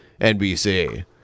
NBC